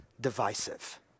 divisive